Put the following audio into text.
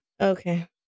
okay